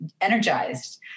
energized